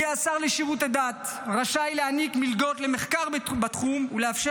יהיה השר לשירותי דת רשאי להעניק מלגות למחקר בתחום ולאפשר